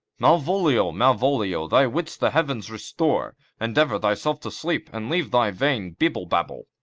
malvolio, malvolio, thy wits the heavens restore! endeavour thyself to sleep, and leave thy vain bibble babble.